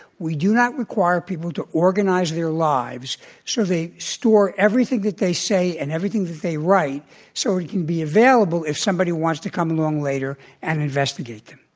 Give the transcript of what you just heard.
we do not require people to organize their lives so they store everything that they say and everything that they write so it will be available if somebody wants to come along later and investigate them.